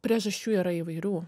priežasčių yra įvairių